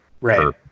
right